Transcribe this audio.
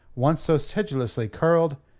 once so sedulously curled,